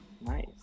Nice